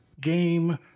game